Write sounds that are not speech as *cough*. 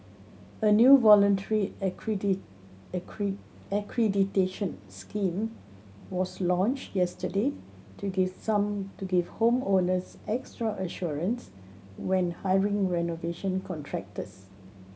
a new voluntary *unintelligible* accreditation scheme was launched yesterday to give some to give home owners extra assurance when hiring renovation contractors